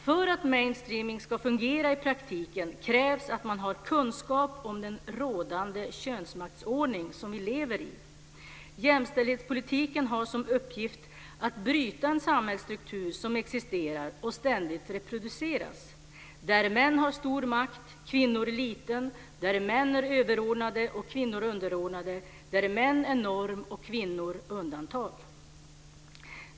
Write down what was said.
För att mainstreaming ska fungera i praktiken krävs att man har kunskap om den rådande könsmaktsordning som vi lever i. Jämställdhetspolitiken har som uppgift att bryta en samhällsstruktur som existerar och ständigt reproduceras, där män har stor makt och kvinnor har liten makt, där män är överordnade och kvinnor är underordnade, där män är norm och kvinnor är undantag.